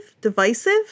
divisive